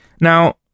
Now